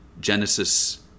Genesis